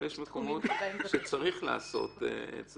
יש מקומות שבהם כן צריך לעשות את זה.